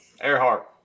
Earhart